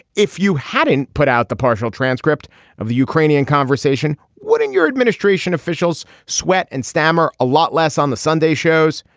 if you hadn't put out the partial transcript of the ukrainian conversation wouldn't your administration officials sweat and stammer a lot less on the sunday shows.